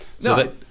No